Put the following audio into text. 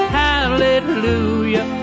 hallelujah